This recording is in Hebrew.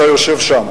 תפקידך שאתה יושב שם.